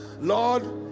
Lord